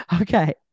Okay